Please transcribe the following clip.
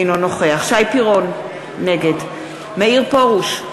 אינו נוכח שי פירון, נגד מאיר פרוש,